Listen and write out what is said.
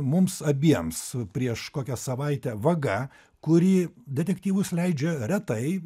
mums abiems prieš kokią savaitę vaga kuri detektyvus leidžia retai